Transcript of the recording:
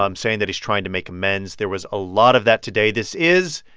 um saying that he's trying to make amends. there was a lot of that today. this is